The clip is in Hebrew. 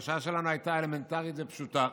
והבקשה שלנו הייתה אלמנטרית ופשוטה,